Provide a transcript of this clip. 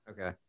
Okay